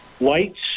lights